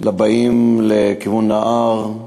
אל הבאים לכיוון ההר,